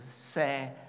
say